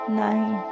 nine